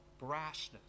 brashness